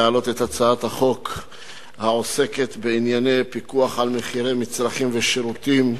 להעלות את הצעת החוק העוסקת בענייני פיקוח על מחירי מצרכים ושירותים,